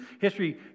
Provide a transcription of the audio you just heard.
history